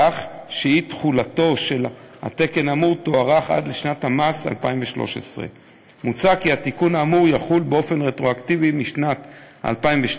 כך שאי-תחולתו של התקן האמור תוארך עד לשנת המס 2013. מוצע כי התיקון האמור יחול באופן רטרואקטיבי משנת 2012,